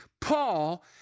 Paul